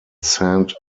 saint